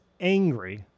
angry